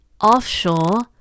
offshore